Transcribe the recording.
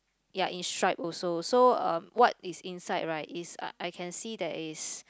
ya in stripe also so uh what is inside right is I I can see that it